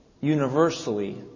universally